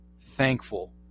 thankful